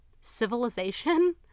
civilization